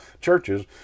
churches